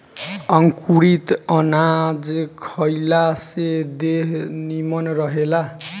अंकुरित अनाज खइला से देह निमन रहेला